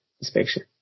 inspection